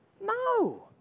No